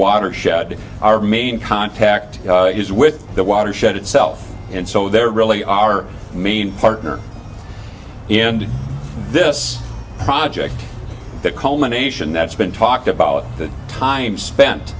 watershed our main contact is with the watershed itself and so there really are mean partner in this project the culmination that's been talked about that time spent